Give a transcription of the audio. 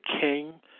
king